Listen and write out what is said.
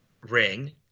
ring